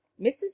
Mrs